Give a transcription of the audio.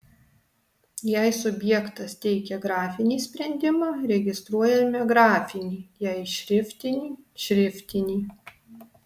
jei subjektas teikia grafinį sprendimą registruojame grafinį jei šriftinį šriftinį